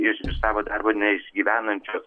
iš savo darbo neišgyvenančios